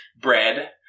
bread